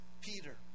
Peter